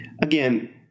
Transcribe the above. again